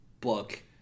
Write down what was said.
book